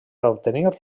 obtenir